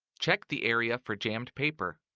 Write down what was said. check the area for jammed paper.